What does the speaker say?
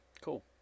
Cool